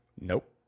Nope